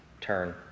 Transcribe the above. turn